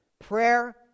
prayer